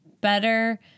better